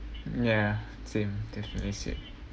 ya same definitely same